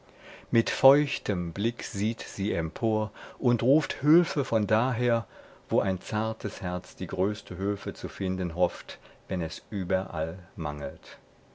mit feuchtem blick sieht sie empor und ruft hülfe von daher wo ein zartes herz die größte fülle zu finden hofft wenn es überall mangelt